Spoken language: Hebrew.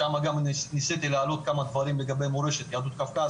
שם גם ניסיתי להעלות כמה דברים לגבי מורשת יהדות קווקז,